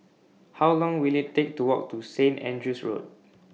How Long Will IT Take to Walk to Saint Andrew's Road